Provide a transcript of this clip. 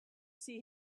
see